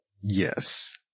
Yes